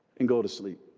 and go to sleep